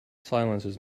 silences